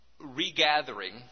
regathering